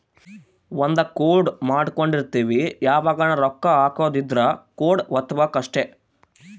ಒಂದ ಕೋಡ್ ಮಾಡ್ಕೊಂಡಿರ್ತಿವಿ ಯಾವಗನ ರೊಕ್ಕ ಹಕೊದ್ ಇದ್ರ ಕೋಡ್ ವತ್ತಬೆಕ್ ಅಷ್ಟ